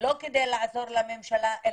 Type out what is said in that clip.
לא כדי לעזור לממשלה,